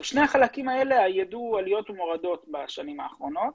שני החלקים האלה ידעו עליות ומורדות בשנים האחרונות,